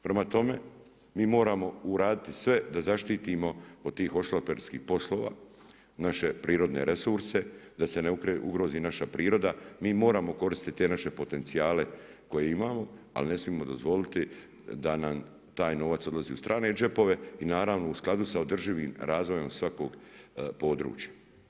Prema tome, mi moramo uraditi sve da zaštitimo od tih hohštaplerskih poslova naše prirodne resurse da se ne ugrozi naša priroda, mi moramo koristiti te naše potencijale koje imamo, ali ne smijemo dozvoliti da nam taj novac odlazi u strane džepove i naravno u skladu sa održivim razvojem svakog područja.